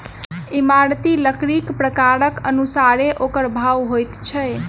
इमारती लकड़ीक प्रकारक अनुसारेँ ओकर भाव होइत छै